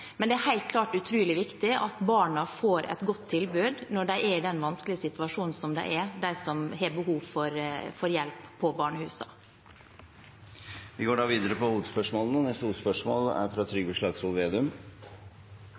men det er helt klart utrolig viktig at barna som har behov for hjelp på barnehusene, får et godt tilbud når de er i den vanskelige situasjonen som de er.